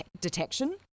detection